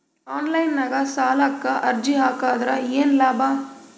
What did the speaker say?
Online ನಾಗ್ ಸಾಲಕ್ ಅರ್ಜಿ ಹಾಕದ್ರ ಏನು ಲಾಭ?